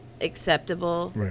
acceptable